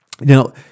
Now